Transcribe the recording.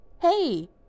Hey